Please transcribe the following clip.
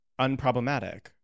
unproblematic